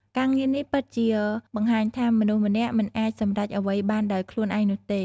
ការងារនេះពិតជាបង្ហាញថា មនុស្សម្នាក់មិនអាចសម្រេចអ្វីបានដោយខ្លួនឯងនោះទេ។